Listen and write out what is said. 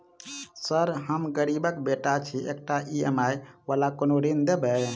Sir हम गरीबक बेटा छी एकटा ई.एम.आई वला कोनो ऋण देबै?